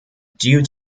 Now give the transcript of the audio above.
due